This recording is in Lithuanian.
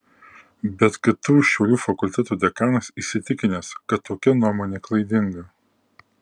bet ktu šiaulių fakulteto dekanas įsitikinęs kad tokia nuomonė klaidinga